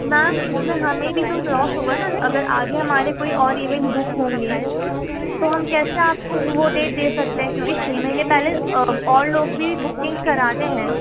میم اس میں ہمیں بھی تو لاس ہوگا نا اگر آگے ہمارے کوئی اور ایونٹ بک ہوں گے تو ہم کیسے آپ کو وہ ڈیٹ دے سکتے ہیں کیونکہ چھ مہینے پہلے اور لوگ بھی بکنگ کراتے ہیں